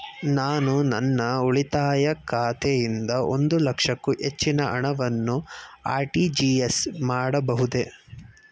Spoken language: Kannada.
ನಾನು ನನ್ನ ಉಳಿತಾಯ ಖಾತೆಯಿಂದ ಒಂದು ಲಕ್ಷಕ್ಕೂ ಹೆಚ್ಚಿನ ಹಣವನ್ನು ಆರ್.ಟಿ.ಜಿ.ಎಸ್ ಮಾಡಬಹುದೇ?